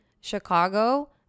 Chicago